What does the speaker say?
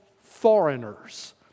foreigners